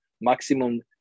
maximum